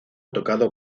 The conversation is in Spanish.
tocado